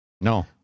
No